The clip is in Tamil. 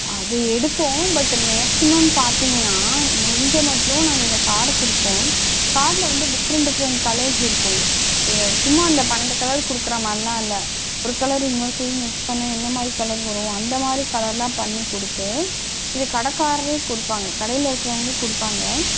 அது எடுப்போம் பட் மேக்சிமம் பார்த்தீங்கன்னா முடிஞ்ச மட்டிலும் நாங்கள் இந்த கார்டை கொடுப்போம் கார்டில் வந்து டிஃப்ரெண்ட் டிஃப்ரெண்ட் கலர்ஸ் இருக்கும் ஏ சும்மா இந்த பன்னெரெண்டு கலர் கொடுக்குற மாதிரிலாம் இல்லை ஒரு கலர் இன்னோரு கலரையும் மிக்ஸ் பண்ணிணா என்ன மாதிரி கலர் வரும் அந்த மாதிரி கலரெலாம் பண்ணி கொடுத்து இது கடைக்காரரே கொடுப்பாங்க கடையில் இருக்கிறவங்களே கொடுப்பாங்க